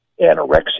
anorexia